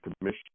commission